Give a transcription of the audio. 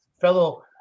fellow